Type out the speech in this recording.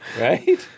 Right